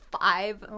five